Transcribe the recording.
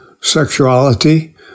sexuality